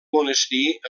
monestir